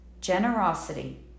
generosity